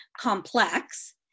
complex